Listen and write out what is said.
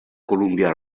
columbia